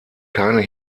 keine